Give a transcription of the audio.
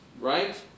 Right